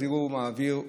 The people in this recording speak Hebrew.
זיהום האוויר פחות.